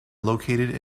located